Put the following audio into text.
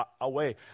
away